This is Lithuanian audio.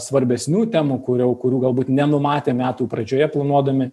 svarbesnių temų kur jau kurių galbūt nenumatėm metų pradžioje planuodami